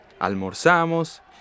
almorzamos